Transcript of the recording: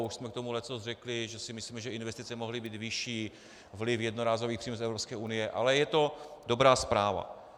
Už jsme k tomu leccos řekli, že si myslíme, že investice mohly být vyšší, vliv jednorázových příjmů z Evropské unie, ale je to dobrá zpráva.